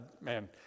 Man